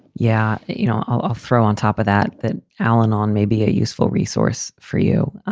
yeah. you know, i'll throw on top of that that alan on may be a useful resource for you